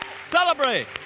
Celebrate